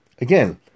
Again